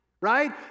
right